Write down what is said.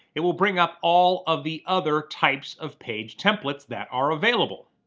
it will bring up all of the other types of page templates that are available.